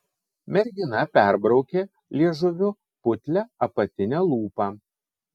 mergina perbraukė liežuviu putlią apatinę lūpą